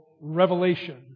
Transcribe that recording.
revelation